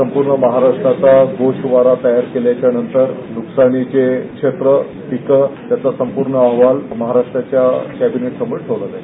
संपूर्ण महाराष्ट्राचा गोषवारा तयार केल्याच्या नंतर नुकसानीचे क्षेत्र पीकं त्याचा संपूर्ण अहवाल महाराष्ट्राच्या कॅबिनेट समोर ठेवला जाईल